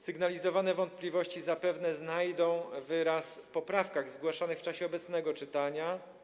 Sygnalizowane wątpliwości zapewne znajdą wyraz w poprawkach zgłaszanych w czasie obecnego czytania.